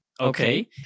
Okay